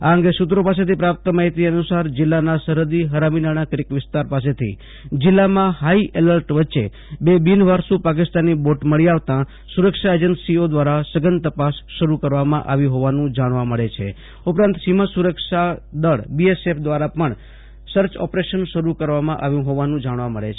આ અંગે સ્ત્રો પાસેથી પ્રાપ્ત માહિતી અનુસાર જિલ્લાના સરહદી હરામીનાળા ક્રિક વિસ્તાર પાસેથી જિલ્લામાં હાઈ એલર્ટ વચ્ચે બે બિનવારસુ પાકિસ્તાની બોટ મળી આવતાં સુરક્ષા એજન્સીઓ દ્વારા સીમા સુરક્ષા દળ બીએસએફ દ્વારા પણ સર્ચ ઓપરેશન શરૂ કરવામાં આવ્યું હોવાનું જાણવા મળે છે